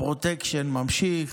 הפרוטקשן נמשך,